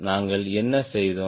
நாங்கள் என்ன செய்தோம்